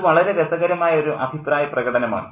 അത് വളരെ രസകരമായ ഒരു അഭിപ്രായ പ്രകടനമാണ്